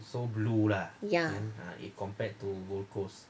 ya